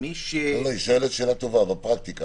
היא שואלת שאלה טובה, פרקטית.